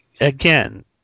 Again